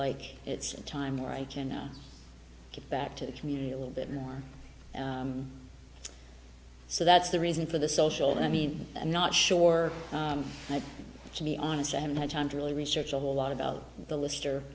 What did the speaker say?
like it's a time where i can get back to the community a little bit more so that's the reason for the social and i mean i'm not sure to be honest i haven't had time to really research a lot about the list